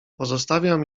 pozostawiam